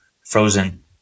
frozen